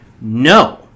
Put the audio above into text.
No